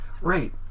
Right